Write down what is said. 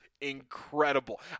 incredible